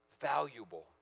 valuable